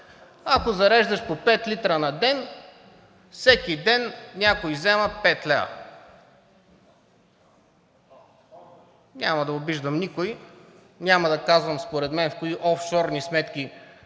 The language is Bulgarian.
Ако зареждаш по 5 литра на ден, всеки ден някой взема 5 лв. Няма да обиждам никого, няма да казвам според мен в кои офшорни сметки